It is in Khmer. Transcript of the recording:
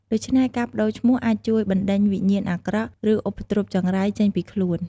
ដូច្នេះ ការប្ដូរឈ្មោះអាចជួយបណ្ដេញវិញ្ញាណអាក្រក់ឬឧបទ្រពចង្រៃចេញពីខ្លួន។